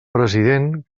president